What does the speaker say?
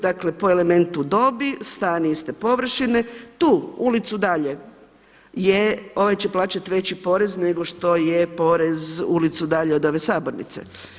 Dakle, po elementu dobit stan iste površine tu ulicu dalje ovaj će plaćati veći porez nego što je porez ulicu dalje od ove sabornice.